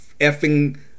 effing